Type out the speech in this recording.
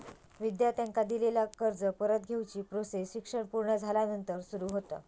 विद्यार्थ्यांका दिलेला कर्ज परत घेवची प्रोसेस शिक्षण पुर्ण झाल्यानंतर सुरू होता